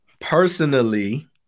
Personally